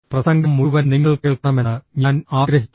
പ്രസംഗം മുഴുവൻ നിങ്ങൾ കേൾക്കണമെന്ന് ഞാൻ ആഗ്രഹിക്കുന്നു